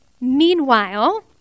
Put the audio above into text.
Meanwhile